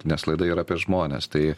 nes laida yra apie žmones tai